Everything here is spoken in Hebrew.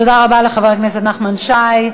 תודה רבה לחבר הכנסת נחמן שי.